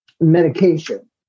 medication